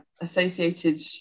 associated